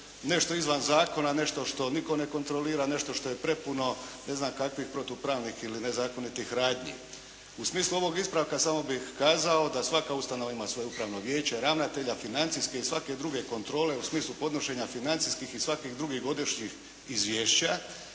nešto izvan zakona, nešto što nitko ne kontrolira, nešto što je prepuno ne znam kakvih protupravnih ili nezakonitih radnji. U smislu ovog ispravka samo bih kazao da svaka ustanova ima svoje upravno vijeće, ravnatelja, financijske i svake druge kontrole u smislu podnošenja financijskih i svakih drugih godišnjih izvješća